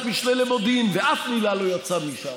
משנה למודיעין ואף מילה לא יצאה משם,